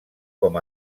com